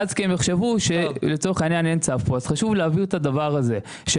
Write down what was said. חשוב להבהיר את הדבר הזה,